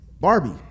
Barbie